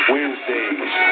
Wednesdays